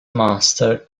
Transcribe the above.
master